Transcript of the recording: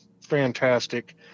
fantastic